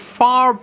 far